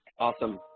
Awesome